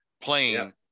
playing